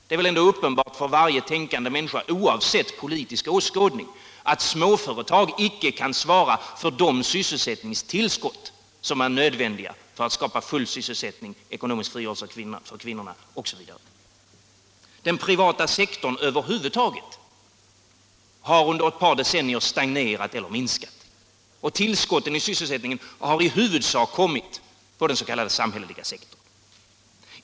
Det är väl ändå uppenbart för sysselsättnings och regionalpolitik varje tänkande människa, oavsett politisk åskådning, att småföretag icke kan svara för de sysselsättningstillskott som är nödvändiga för att skapa full sysselsättning, ekonomisk frigörelse för kvinnorna osv. Den privata sektorn över huvud taget har under ett par decennier stagnerat eller minskat, och tillskotten i sysselsättningen har i huvudsak kommit på den s.k. samhälleliga sektorn.